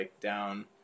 down